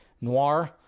Noir